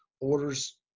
orders